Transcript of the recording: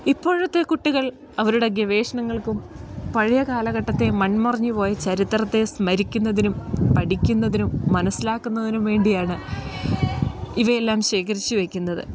ഇപ്പോഴത്തെ കുട്ടികൾ അവരുടെ ഗവേഷണങ്ങൾക്കും പഴയകാലഘട്ടത്തെ മൺമറഞ്ഞ് പോയ ചരിത്രത്തെ സ്മരിക്കുന്നതിനും പഠിക്കുന്നതിനും മനസ്സിലാക്കുന്നതിനും വേണ്ടിയാണ് ഇവയെല്ലാം ശേഖരിച്ച് വെക്കുന്നത്